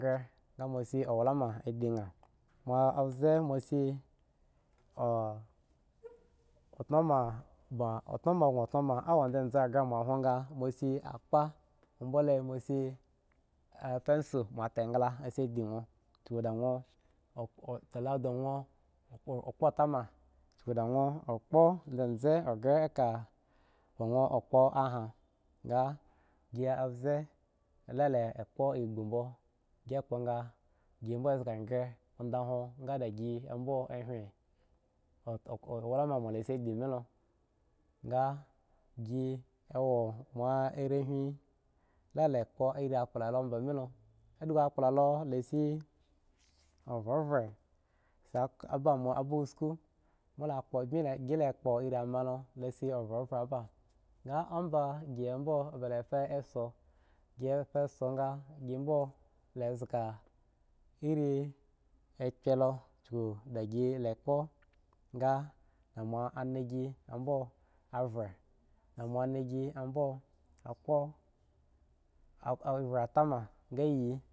Ga shi wla me shi diyan abze shi atoma atoma bmo awo zeze ga ma shi pencil kpa akpa mo ta engla mo shi di mo kuk da wo kpo zeze tama agree bo kpo aya gi abze gi kpo bmi gi gbokppo gya a gi mo zga gre ando huwo ge da gi ahumi awla ma mo shi mi lo g gi mo rehmi la ye kpo on akpla mi lo ado akpla laa shi avoa a ba suko gi kpo irin ma lo le shi ove be ge gi bmo lefa la so gi so gi bmi zga irini and za ado gi la kpo da monigi la wai da monegi bmo a kpa a vai tama ghaiy.